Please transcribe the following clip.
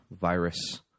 virus